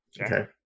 Okay